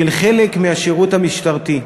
של חלק מהשירות המשטרתי.